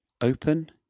Open